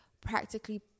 practically